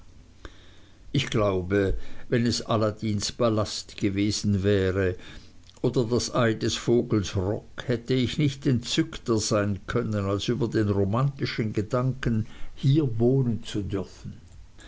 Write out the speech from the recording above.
ich glaube wenn es aladins palast gewesen wäre oder das ei des vogels roc hätte ich nicht entzückter sein können als über den romantischen gedanken hier wohnen zu dürfen